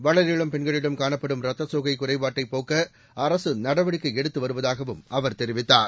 வளரிளம் பெண்களிடம் காணப்படும் ரத்த சோகை குறைபாட்டைப் போக்க அரசு நடவடிக்கை எடுத்து வருவதாகவும் அவர் தெரிவித்தார்